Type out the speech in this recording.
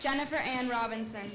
jennifer and robin's and